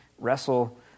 wrestle